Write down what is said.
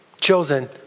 chosen